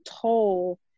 toll